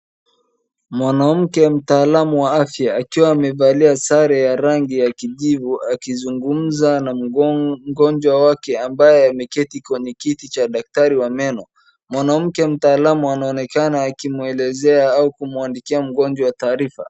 Mwanamke mtaalamu wa afya akiwa amevalia sare ya rangi ya kijivu akizungumza na mgonjwa wake ambaye ameketi kwenye kiti cha daktari wa meno. Mwanamke mtaalamu anaonekana akimwelezea au kumwandikia mgonjwa taarifa